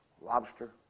lobster